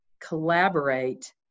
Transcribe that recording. collaborate